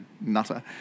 nutter